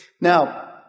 Now